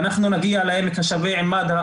ואנחנו נגיע לעמק השווה עם מד"א,